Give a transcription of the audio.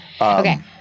Okay